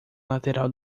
lateral